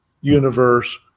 universe